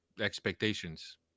expectations